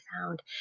found